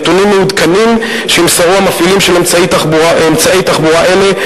נתונים מעודכנים שימסרו המפעילים של אמצעי תחבורה אלה,